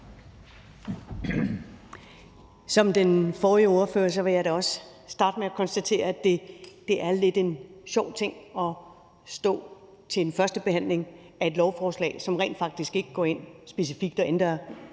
den forrige ordfører vil jeg da også starte med at konstatere, at det lidt er en sjov ting at stå ved en førstebehandling af et lovforslag, som rent faktisk ikke specifikt går